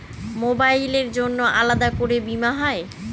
মোবাইলের জন্য আলাদা করে বীমা হয়?